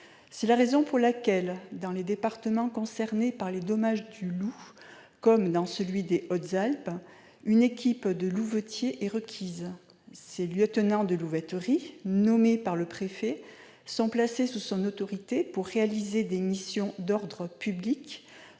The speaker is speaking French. C'est la raison pour laquelle, dans les départements concernés par les dommages causés par le loup, comme dans celui des Hautes-Alpes, une équipe de louvetiers est requise. Ces lieutenants de louveterie, nommés par le préfet, sont placés sous son autorité pour réaliser des missions d'ordre public